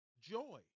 Joy